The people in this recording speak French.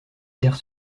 taire